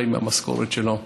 חי מהמשכורת שלו,